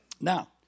Now